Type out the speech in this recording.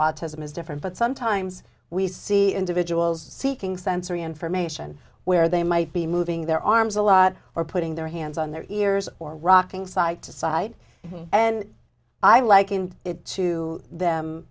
autism is different but sometimes we see individuals seeking sensory information where they might be moving their arms a lot or putting their hands on their ears or rocking side to side and i likened it to them